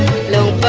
low but